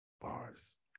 Bars